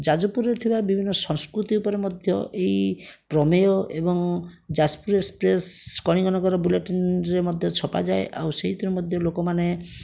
ଯାଜପୁରରେ ଥିବା ବିଭିନ୍ନ ସଂସ୍କୃତି ଉପରେ ମଧ୍ୟ ଏଇ ପ୍ରମେୟ ଏବଂ ଯାଜପୁର ଏକ୍ସପ୍ରେସ୍ କଳିଙ୍ଗନଗର ବୁଲେଟିନରେ ମଧ୍ୟ ଛପାଯାଏ ଆଉ ସେଇଥିରେ ମଧ୍ୟ ଲୋକମାନେ